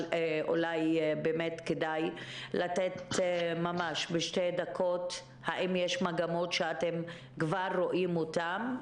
אולי כדאי לשמוע בשתי דקות האם יש מגמות שאתם כבר רואים אותן.